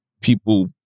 people